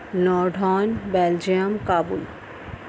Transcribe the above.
نوڈھون Belgium Kabul